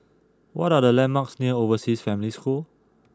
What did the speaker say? what are the landmarks near Overseas Family School